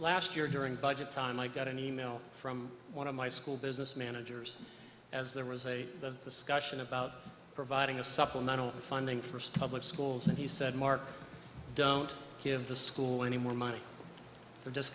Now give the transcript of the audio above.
last year during budget time i got an email from one of my school business managers as there was a discussion about providing a supplemental funding first public schools and he said mark don't give the school any more money they're just